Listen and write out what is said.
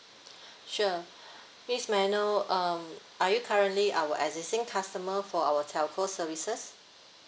sure miss may I know um are you currently our existing customer for our telco services